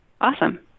Awesome